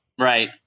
Right